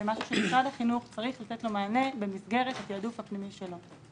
זה משהו שמשרד החינוך צריך לתת לו מענה במסגרת התעדוף הפנימי שלו.